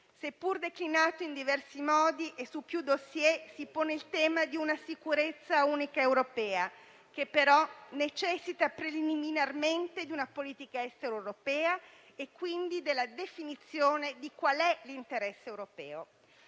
seppur declinato in diversi modi e su più *dossier*, si pone il tema di una sicurezza unica europea, che però necessita preliminarmente di una politica estera europea e quindi della definizione di quale sia l'interesse europeo.